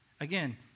Again